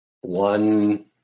one